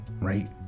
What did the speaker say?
right